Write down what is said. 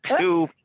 two